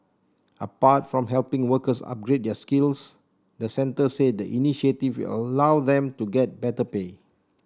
apart from helping workers upgrade their skills the centre said the initiative allow them to get better pay